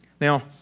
Now